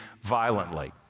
violently